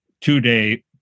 two-day